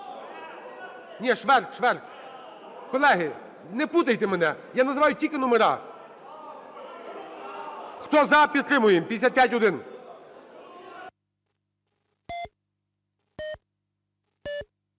Ні, Шверк. Шверк. Колеги, не путайте мене. Я називаю тільки номери. Хто – за, підтримуємо, 55-1.